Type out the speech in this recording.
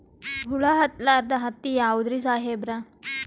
ಹುಳ ಹತ್ತಲಾರ್ದ ಹತ್ತಿ ಯಾವುದ್ರಿ ಸಾಹೇಬರ?